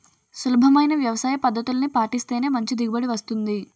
సులభమైన వ్యవసాయపద్దతుల్ని పాటిస్తేనే మంచి దిగుబడి వస్తుంది